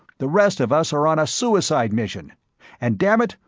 the rest of us are on a suicide mission and damn it,